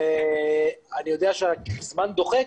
אני יודע שהזמן דוחק